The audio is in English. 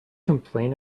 complaint